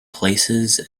places